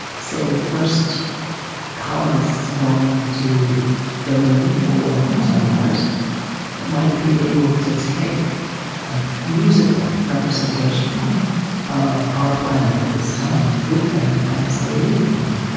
say, the first colonists going to the moon or to mars might be able to take a musical representation of our planet at this time with them, as they leave the planet